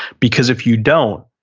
because if you don't,